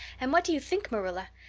and what do you think, marilla?